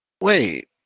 Wait